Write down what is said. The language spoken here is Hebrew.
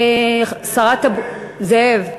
זאב.